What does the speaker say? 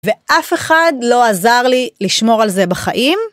ואף אחד לא עזר לי לשמור על זה בחיים.